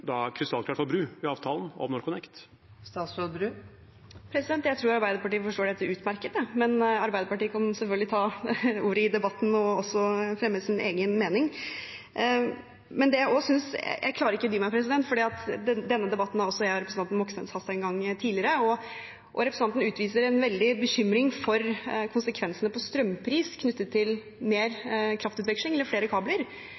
da er krystallklart for Bru i avtalen om NorthConnect? Jeg tror Arbeiderpartiet forstår dette utmerket, men Arbeiderpartiet kan selvfølgelig ta ordet i debatten og fremme sin egen mening. Det jeg også synes – jeg klarer ikke dy meg, for denne debatten har representanten Moxnes og jeg hatt en gang tidligere – er at representanten utviser en veldig bekymring for konsekvensene på strømpris knyttet til mer kraftutveksling eller flere kabler,